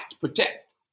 protect